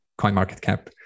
CoinMarketCap